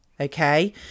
Okay